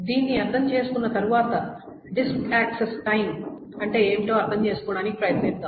దీన్ని అర్థం చేసుకున్న తరువాత డిస్క్ యాక్సెస్ సమయం అంటే ఏమిటో అర్థం చేసుకోవడానికి ప్రయత్నిద్దాం